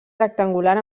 rectangular